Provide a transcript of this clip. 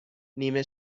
نیمه